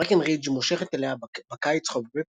ברקנרידג' מושכת אליה בקיץ חובבי